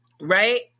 right